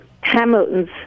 Hamilton's